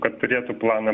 kad turėtų planą